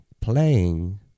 playing